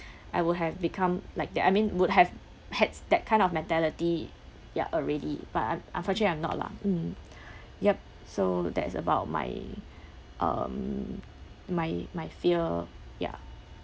I will have become like that I mean would have had that kind of mentality ya already but un~ unfortunately I'm not lah mm yup so that's about my um my my fear ya